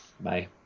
Bye